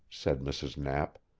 said mrs. knapp.